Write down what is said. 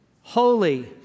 holy